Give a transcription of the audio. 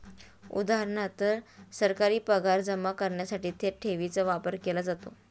उदा.सरकारी पगार जमा करण्यासाठी थेट ठेवीचा वापर केला जातो